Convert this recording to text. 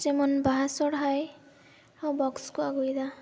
ᱡᱮᱢᱚᱱ ᱵᱟᱦᱟ ᱥᱚᱨᱦᱟᱭ ᱦᱚᱸ ᱵᱚᱠᱥ ᱠᱚ ᱟᱹᱜᱩᱭᱮᱫᱟ